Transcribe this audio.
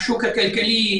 הכלכלי,